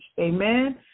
Amen